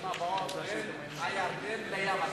בין הירדן לים,